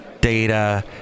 data